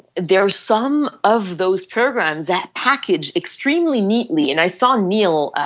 there were some of those programs, that package extremely neatly and i saw neil